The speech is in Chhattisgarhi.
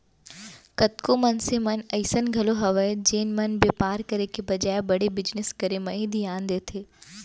कतको मनसे मन अइसन घलौ हवय जेन मन बेपार करे के बजाय बड़े बिजनेस करे म ही धियान देथे